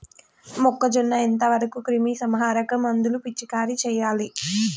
మొక్కజొన్న ఎంత వరకు క్రిమిసంహారక మందులు పిచికారీ చేయాలి?